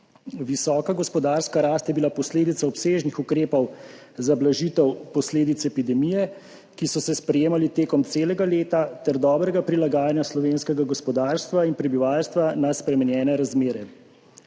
Visoka gospodarska rast je bila posledica obsežnih ukrepov za blažitev posledic epidemije, ki so se sprejemali tekom celega leta, ter dobrega prilagajanja slovenskega gospodarstva in prebivalstva na spremenjene razmere.